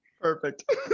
Perfect